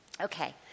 Okay